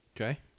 Okay